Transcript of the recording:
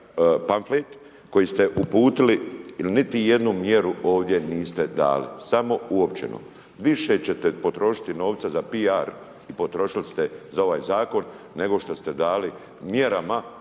pamflet koji ste uputili ili niti jednu mjeru ovdje niste dali, samo u općinu. Više ćete potrošiti novca za PR i potrošili ste za ovaj zakon nego što ste dali mjerama,